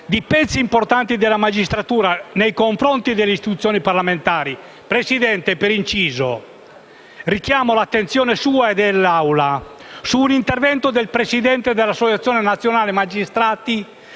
di pezzi importanti della magistratura nei confronti delle istituzioni parlamentari. Signora Presidente - per inciso - richiamo la sua attenzione e quella dell'Assemblea su un intervento del Presidente dell'Associazione nazionale magistrati